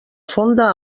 fonda